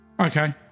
Okay